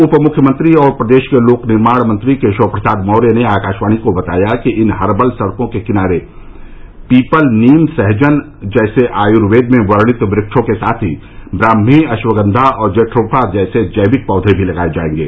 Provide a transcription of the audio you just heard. उप मुख्यमंत्री और प्रदेश के लोक निर्माण मंत्री केशव प्रसाद मौर्य ने आकाशवाणी को बताया कि इन हर्बल सड़को के किनारे पीपल नीम सहजन जैसे आयूर्वेद में वर्णित वृक्षों के साथ ही ब्राह्मी अश्वगंधा और जैट्रोफा जैसे जैविक पौधे भी लगाये जायेंगे